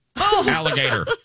Alligator